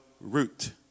root